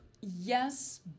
Yes